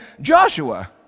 Joshua